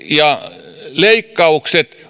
ja leikkaukset